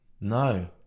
No